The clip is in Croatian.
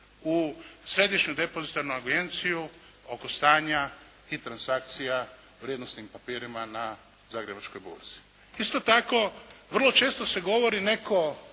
u Središnju depozitarnu agenciju oko stanja i transakcija vrijednosnim papirima na Zagrebačkoj burzi. Isto tako, vrlo često se govori, netko